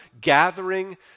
gathering